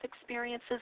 experiences